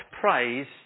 praise